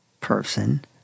person